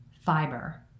fiber